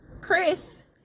chris